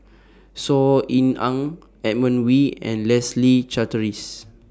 Saw Ean Ang Edmund Wee and Leslie Charteris